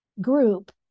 group